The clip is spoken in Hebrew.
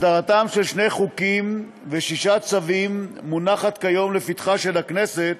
הסדרתם של שני חוקים ושישה צווים מונחת כיום לפתחה של הכנסת